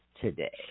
today